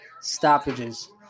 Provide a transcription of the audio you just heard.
stoppages